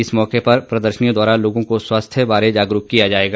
इस मौके पर प्रदर्शनियों द्वारा लोगों को स्वास्थ्य बारे जागरूक किया जाएगा